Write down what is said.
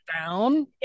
down